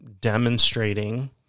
demonstrating